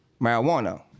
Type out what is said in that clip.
marijuana